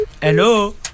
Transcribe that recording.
Hello